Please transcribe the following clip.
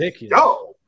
yo